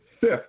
fifth